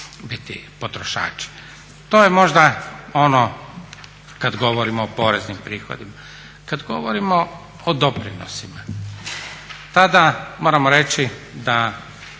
To je možda ono kad govorimo o poreznim prihodima. Kad govorimo o doprinosima tada moramo reći da